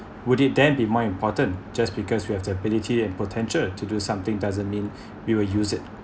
would it then the more important just because we have the ability and potential to do something doesn't mean we will use it